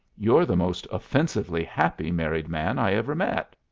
you're the most offensively happy married man i ever met.